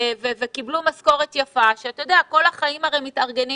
וקיבלו משכורת יפה אתה הרי יודע שכל החיים מתארגנים